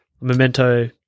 Memento